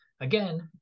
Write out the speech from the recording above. Again